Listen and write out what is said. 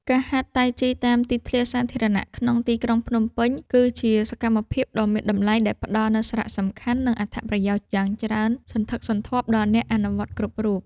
ការហាត់តៃជីតាមទីធ្លាសាធារណៈក្នុងទីក្រុងភ្នំពេញ គឺជាសកម្មភាពដ៏មានតម្លៃដែលផ្ដល់នូវសារៈសំខាន់ និងអត្ថប្រយោជន៍យ៉ាងច្រើនសន្ធឹកសន្ធាប់ដល់អ្នកអនុវត្តគ្រប់រូប។